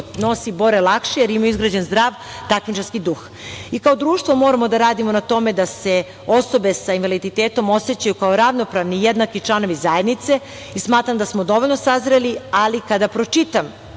nosi bore lakše, jer imaju izgrađen zdrav takmičarski duh. Kao društvo moramo da radimo na tome da se osobe sa invaliditetom osećaju kao ravnopravni i jednaki članovi zajednice i smatram da smo dovoljno sazreli, ali kada pročitam